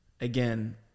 again